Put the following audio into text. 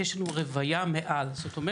אנחנו רואים שוב שאת הצפון